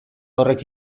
horrek